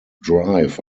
drive